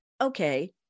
okay